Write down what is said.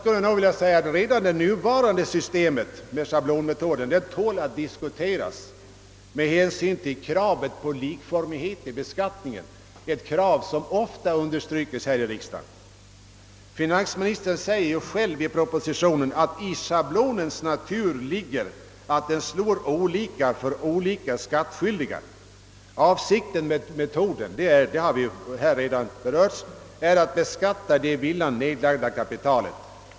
Enligt min mening tål redan det nuvarande systemet med schablonmetoden att diskuteras särskilt med hänsyn till kravet på likformighet i beskattningen, ett krav som ofta understryks här i riksdagen. Finansministern säger själv i propositionen: »I schablonens natur ligger också att den slår olika för olika skattskyldiga.» Avsikten med denna metod är att beskatta det i villan nedlagda kapitalet.